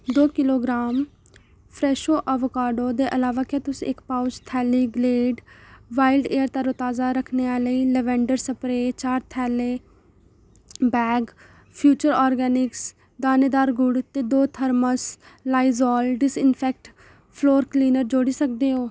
दो kilogram फ्रैशो avocado दे अलावा क्या तुस इक पाउच थैली ग्लेड वाइल्ड एयर तरोताजा रक्खने आह्लियां लैवेंडर स्प्रे चार थैले बैग फ्यूचर ऑर्गेनिक्स दानेदार गुड़ ते दो thermos Lysol disinfect floor cleaner जोड़ी सकदे ओ